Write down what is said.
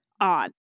odd